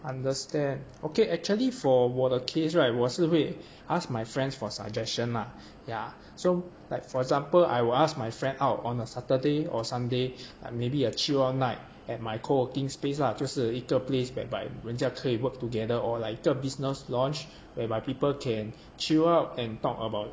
understand okay actually for 我的 case right 我是会 ask my friends for suggestion lah ya so like for example I will ask my friend out on a saturday or sunday like maybe a chill out night and my coworking space lah 就是一个 place whereby 人家可以 work together or like 一个 business lounge whereby people can chill out and talk about